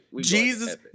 Jesus